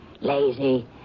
lazy